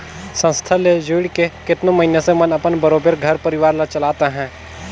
संस्था ले जुइड़ के केतनो मइनसे मन अपन बरोबेर घर परिवार ल चलात अहें